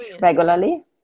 regularly